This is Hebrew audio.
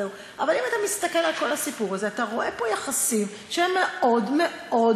אבל אם אתה מסתכל על כל הסיפור הזה אתה רואה פה יחסים שהם מאוד מאוד,